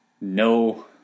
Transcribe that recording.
no